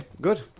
good